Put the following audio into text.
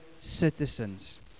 citizens